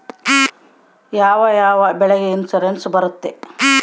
ಯಾವ ಯಾವ ಬೆಳೆಗೆ ಇನ್ಸುರೆನ್ಸ್ ಬರುತ್ತೆ?